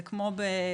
זה כמו ב"כתר",